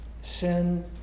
sin